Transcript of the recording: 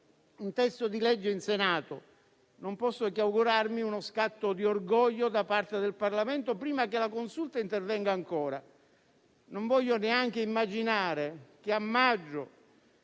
un testo di legge in Senato e non posso che augurarmi uno scatto di orgoglio da parte del Parlamento prima che la Consulta intervenga ancora. Io non voglio neanche immaginare che a maggio,